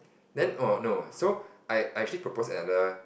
then oh no so I I actually propose another